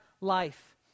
life